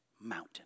mountain